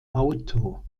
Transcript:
auto